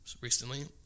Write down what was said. recently